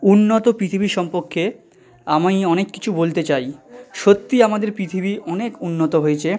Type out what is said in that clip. উন্নত পৃথিবী সম্পর্কে আমি অনেক কিছু বলতে চাই সত্যিই আমাদের পৃথিবী অনেক উন্নত হয়েছে